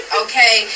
okay